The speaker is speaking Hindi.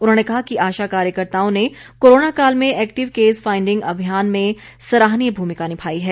उन्होंने कहा कि आशा कार्यकर्ताओं ने कोरोना काल में एक्टिव केस फाइंडिंग अभियान में सराहनीय भूमिका निभाई है